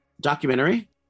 documentary